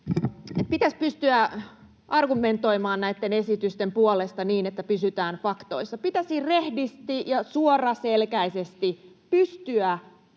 pitäisi pystyä argumentoimaan näitten esitysten puolesta niin, että pysytään faktoissa. Pitäisi rehdisti ja suoraselkäisesti pystyä